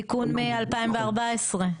תיקון מ-2014.